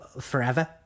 forever